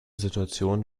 situation